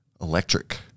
electric